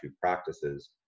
practices